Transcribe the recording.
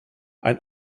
ein